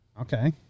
Okay